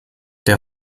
der